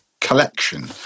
collection